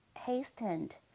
hastened